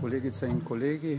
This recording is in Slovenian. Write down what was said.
Kolegice in kolegi,